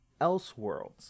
Elseworlds